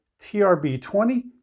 TRB20